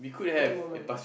at the moment